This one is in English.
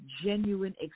genuine